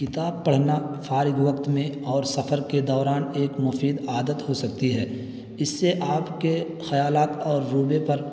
کتاب پڑھنا فارغ وقت میں اور سفر کے دوران ایک مفید عادت ہو سکتی ہے اس سے آپ کے خیالات اور پر